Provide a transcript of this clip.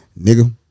nigga